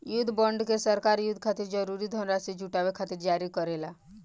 युद्ध बॉन्ड के सरकार युद्ध खातिर जरूरी धनराशि जुटावे खातिर जारी करेला